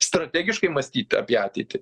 strategiškai mąstyti apie ateitį